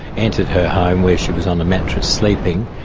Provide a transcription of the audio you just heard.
entered her home where she was on a mattress sleeping,